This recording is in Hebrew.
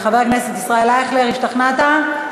חבר הכנסת ישראל אייכלר, השתכנעת?